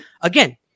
again